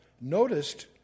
noticed